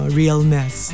realness